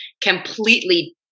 completely